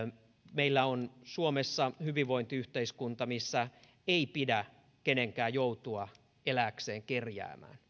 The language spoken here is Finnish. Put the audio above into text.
meillä on suomessa hyvinvointiyhteiskunta missä ei pidä kenenkään joutua elääkseen kerjäämään